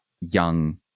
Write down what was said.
young